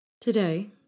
Today